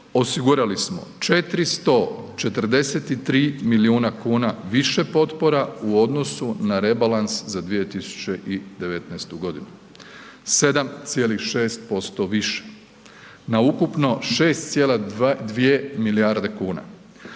osigurali smo 443 milijuna kuna više potpora u odnosu na rebalans za 2019.g., 7,6% više, na ukupno 6,2 milijarde kuna.